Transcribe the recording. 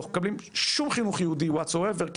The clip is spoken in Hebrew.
לא מקבלים שום חינוך יהודי what so ever,